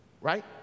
right